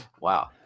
Wow